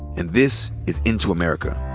and this is into america.